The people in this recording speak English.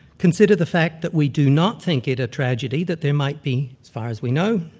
consider the fact that we do not think it a tragedy that there might be, as far as we know,